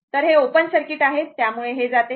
तर हे open circuit आहे त्यामुळे हे जाते